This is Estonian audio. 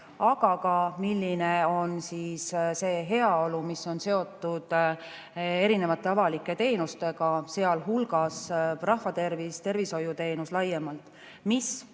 ja milline on see heaolu, mis on seotud erinevate avalike teenustega, sealhulgas rahvatervis, tervishoiuteenus laiemalt, mis